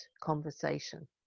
conversation